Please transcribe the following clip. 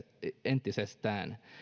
entisestään